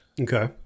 Okay